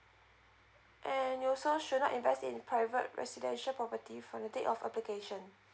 and you also should not invest in private residential property from the date of application